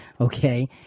okay